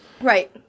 right